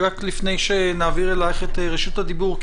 לפני שנעביר אלייך את רשות הדיבור,